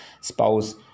spouse